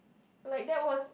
like that was